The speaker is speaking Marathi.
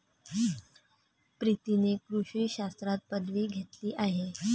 प्रीतीने कृषी शास्त्रात पदवी घेतली आहे